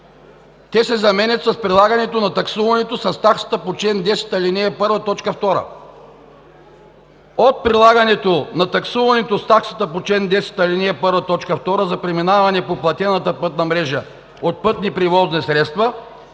те се заменят с „прилагането на таксуването с таксата по чл. 10, ал. 1, т. 2. „От прилагането на таксуването с таксата по чл. 10, ал. 1, т. 2 за преминаване по платената пътна мрежа от пътни превозни средства